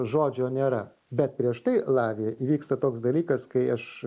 žodžio nėra bet prieš tai lavija įvyksta toks dalykas kai aš